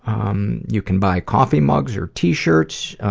um you can buy coffee mugs or t-shirts, ah,